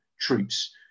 troops